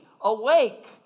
awake